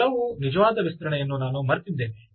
ಕೆಲವು ನಿಜವಾದ ವಿಸ್ತರಣೆಯನ್ನು ನಾನು ಮರೆತಿದ್ದೇನೆ